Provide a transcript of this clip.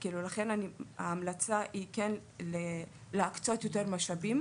ההמלצה היא להקצות יותר משאבים